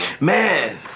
Man